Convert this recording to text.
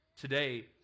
Today